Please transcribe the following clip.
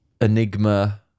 enigma